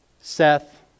Seth